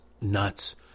nuts